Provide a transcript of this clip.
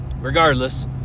regardless